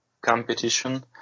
competition